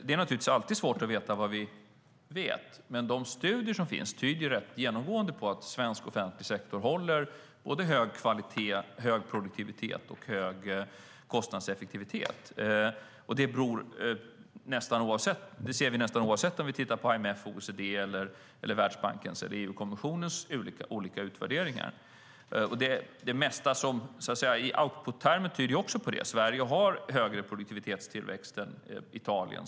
Det är naturligtvis alltid svårt att säga vad vi egentligen vet, men de studier som finns tyder rätt genomgående på att svensk offentlig sektor har hög kvalitet, hög produktivitet och hög kostnadseffektivitet. Det ser vi nästan oavsett om vi tittar på IMF:s, OECD:s, Världsbankens eller EU-kommissionens olika utvärderingar. I outputtermer tyder också det mesta på det. Sverige har högre produktivitetstillväxt än Italien.